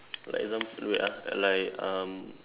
for example wait ah like um